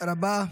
תודה רבה.